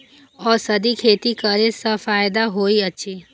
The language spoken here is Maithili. औषधि खेती करे स फायदा होय अछि?